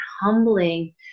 humbling